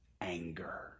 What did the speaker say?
anger